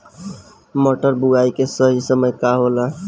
मटर बुआई के सही समय का होला?